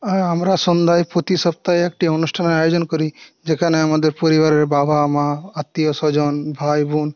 আমরা সন্ধ্যায় প্রতি সপ্তাহে একটি অনুষ্ঠানের আয়োজন করি যেখানে আমাদের পরিবারের বাবা মা আত্মীয় স্বজন ভাই বোন